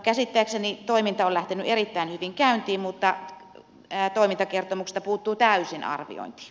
käsittääkseni toiminta on lähtenyt erittäin hyvin käyntiin mutta toimintakertomuksesta puuttuu täysin arviointi